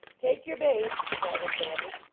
take your base! shouted thanny,